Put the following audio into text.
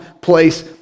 place